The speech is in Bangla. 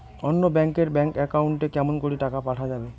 অন্য ব্যাংক এর ব্যাংক একাউন্ট এ কেমন করে টাকা পাঠা যাবে?